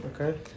Okay